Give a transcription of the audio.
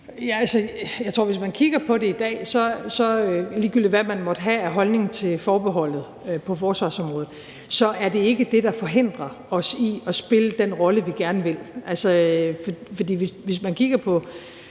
på forsvarsområdet, så er det ikke det, der forhindrer os i at spille den rolle, vi gerne vil.